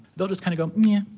they'll just kind of go yeah,